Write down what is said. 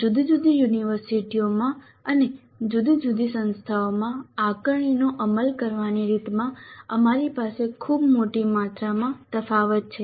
જુદી જુદી યુનિવર્સિટીઓમાં અને જુદી જુદી સંસ્થાઓમાં આકારણીનો અમલ કરવાની રીતમાં અમારી પાસે ખૂબ મોટી માત્રામાં તફાવત છે